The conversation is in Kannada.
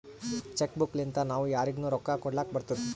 ಚೆಕ್ ಬುಕ್ ಲಿಂತಾ ನಾವೂ ಯಾರಿಗ್ನು ರೊಕ್ಕಾ ಕೊಡ್ಲಾಕ್ ಬರ್ತುದ್